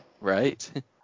Right